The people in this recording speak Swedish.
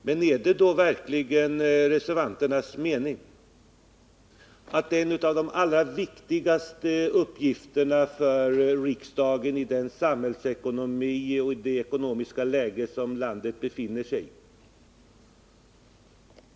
Men är det då verkligen reservanternas mening att detta är en av de allra viktigaste uppgifterna för riksdagen, med den samhällsekonomi vi har och i det ekonomiska läge landet befinner sig i?